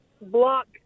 block